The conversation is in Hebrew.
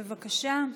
בבקשה.